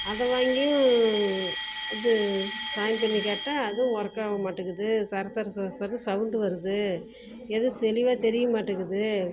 அதை வாங்கியும் அது ஆன் பண்ணிக் கேட்டால் அதுவும் ஒர்க்காக மாட்டேங்குது சர சர சர சரன்னு சவுண்டு வருது எதுவும் தெளிவாக தெரிய மாட்டேங்குது